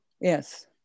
Yes